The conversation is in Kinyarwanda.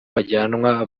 bajyanwa